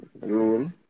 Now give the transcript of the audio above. rule